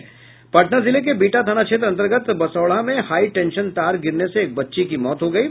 पटना जिले के बिहटा थाना क्षेत्र अन्तर्गत बसौढ़ा में हाई टेंशन तार गिरने से एक बच्ची की मौत हो गयी